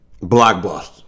Blockbuster